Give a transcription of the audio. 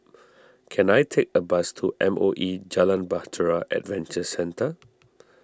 can I take a bus to M O E Jalan Bahtera Adventure Centre